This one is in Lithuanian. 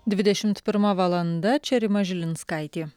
dvidešimt pirma valanda čia rima žilinskaitė